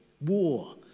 war